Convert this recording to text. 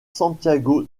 santiago